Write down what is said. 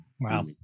Wow